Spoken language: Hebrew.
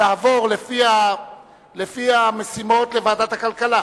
והיא תעבור, לפי המשימות, לוועדת הכלכלה